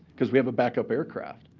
because we have a backup aircraft.